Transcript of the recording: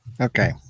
Okay